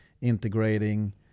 integrating